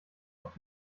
auf